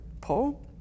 Paul